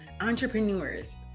entrepreneurs